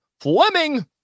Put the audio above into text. Fleming